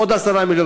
עוד 10 מיליון,